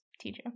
teacher